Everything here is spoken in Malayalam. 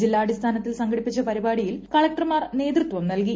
ജില്ലാടിസ്ഥാനത്തിൽ സംഘടിപ്പിച്ച പരിപാടിയിൽ കളകർമാർ നേതൃത്വം നൽകി